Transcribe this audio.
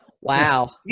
Wow